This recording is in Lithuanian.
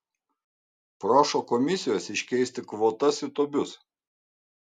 prašo komisijos iškeisti kvotas į tobius